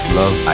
love